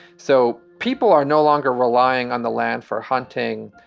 so people are no longer relying on the land for hunting,